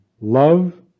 love